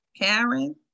Karen